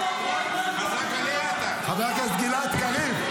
יעזור לכם --- חבר הכנסת גלעד קריב.